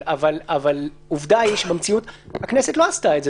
אבל עובדה היא שבמציאות הכנסת לא עשתה את זה.